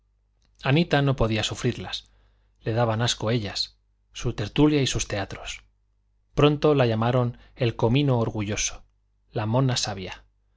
anita no podía sufrirlas le daban asco ellas su tertulia y sus teatros pronto la llamaron el comino orgulloso la mona sabia